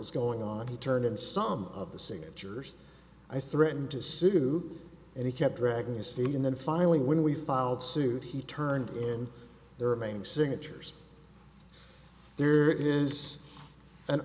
was going on he turned in some of the signatures i threatened to sue and he kept dragging his feet and then finally when we filed suit he turned in their remaining signatures there is an